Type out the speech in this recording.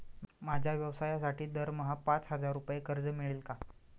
माझ्या व्यवसायासाठी दरमहा पाच हजार रुपये कर्ज मिळेल का?